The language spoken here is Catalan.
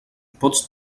pots